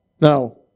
Now